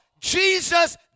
Jesus